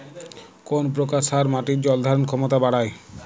কোন প্রকার সার মাটির জল ধারণ ক্ষমতা বাড়ায়?